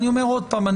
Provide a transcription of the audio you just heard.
אני אומר עוד פעם,